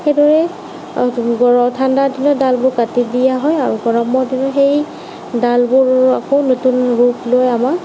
সেইদৰেই ঠাণ্ডা দিনত ডালবোৰ কাটি দিয়া হয় আৰু গৰমৰ দিনত সেই ডালবোৰ আকৌ নতুন ৰূপ লৈ আমাৰ